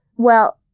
well,